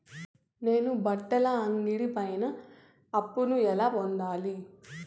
నేను బట్టల అంగడి పైన అప్పును ఎలా పొందాలి?